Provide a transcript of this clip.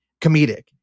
comedic